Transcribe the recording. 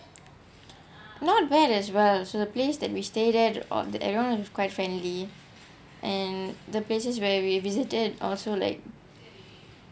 not bad as well so the place that we stay there or everyone was quite friendly and the places where we visited also like